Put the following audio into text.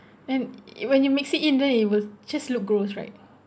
then when you mix it in then it will just look gross right